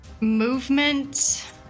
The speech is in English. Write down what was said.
Movement